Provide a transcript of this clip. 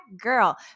girl